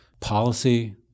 policy